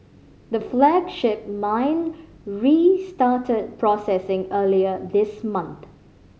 the flagship mine restarted processing earlier this month